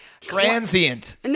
transient